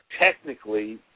Technically